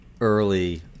early